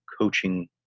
coaching